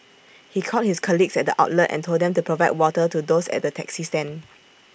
he called his colleagues at the outlet and told them to provide water to those at the taxi stand